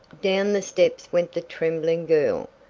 down the steps went the trembling girl.